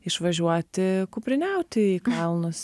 išvažiuoti kupriniauti į kalnus